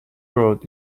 road